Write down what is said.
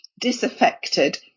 disaffected